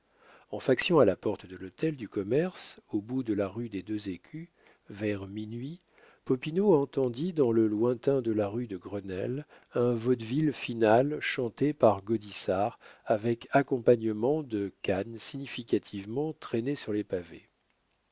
en faction à la porte de l'hôtel du commerce au bout de la rue des deux écus vers minuit popinot entendit dans le lointain de la rue de grenelle un vaudeville final chanté par gaudissart avec accompagnement de canne significativement traînée sur les pavés